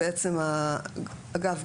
אגב,